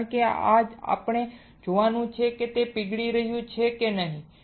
કારણ કે આપણે જોવાનું છે કે તે પીગળી રહ્યું છે કે નહીં